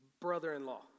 brother-in-law